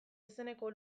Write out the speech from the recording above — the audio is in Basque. izeneko